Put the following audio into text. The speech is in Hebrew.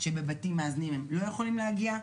שבבתים מאזנים הם לא יכולים להגיע.